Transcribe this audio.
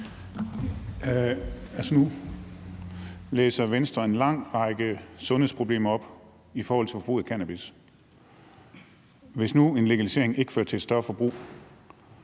Nu læser Venstre en lang række sundhedsproblemer op i forhold til forbruget af cannabis. Hvis nu en legalisering ikke fører til et større forbrug,